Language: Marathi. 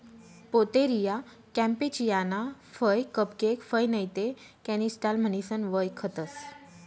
पोतेरिया कॅम्पेचियाना फय कपकेक फय नैते कॅनिस्टेल म्हणीसन वयखतंस